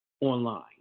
online